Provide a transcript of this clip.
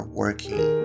working